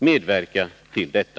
Medverka alltså till detta!